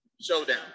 showdown